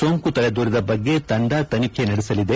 ಸೋಂಕು ತಲೆದೋರಿದ ಬಗ್ಗೆ ತಂಡ ತನಿಖೆ ನಡೆಸಲಿದೆ